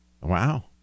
Wow